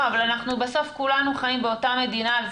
לא, אבל אנחנו בסוף כולנו חיים באותה מדינה.